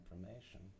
information